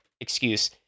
excuse